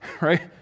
right